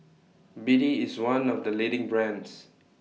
B D IS one of The leading brands